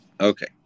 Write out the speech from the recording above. okay